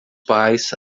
pais